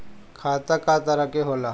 खाता क तरह के होला?